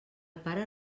pare